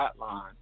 hotline